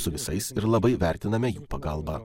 su visais ir labai vertiname jų pagalbą